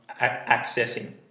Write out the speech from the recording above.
Accessing